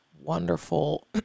wonderful